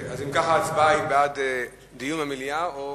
אז אם כך, ההצבעה היא בעד דיון במליאה או,